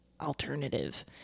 alternative